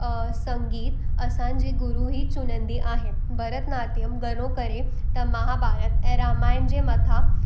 संगीत असांजी गुरू ही चुनंदी आहे भरतनाट्यम घणो करे त महाभारत ऐं रामायण जे मथां